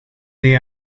they